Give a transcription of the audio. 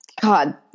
God